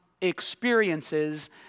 experiences